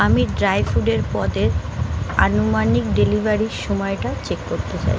আমি ড্রাই ফুডের পদের আনুমানিক ডেলিভারির সমায়টা চেক করতে চাই